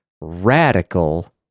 Radical